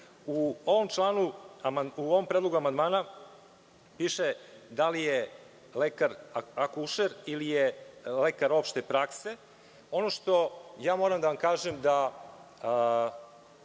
U ovom predlogu amandmana piše da li je lekar akušer ili je lekar opšte prakse. Ono što moram da vam kažem i